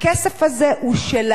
הכסף הזה הוא שלהם,